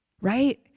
Right